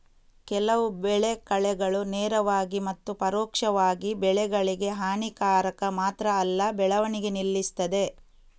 ಕೆಲವು ಬೆಳೆ ಕಳೆಗಳು ನೇರವಾಗಿ ಮತ್ತು ಪರೋಕ್ಷವಾಗಿ ಬೆಳೆಗಳಿಗೆ ಹಾನಿಕಾರಕ ಮಾತ್ರ ಅಲ್ಲ ಬೆಳವಣಿಗೆ ನಿಲ್ಲಿಸ್ತದೆ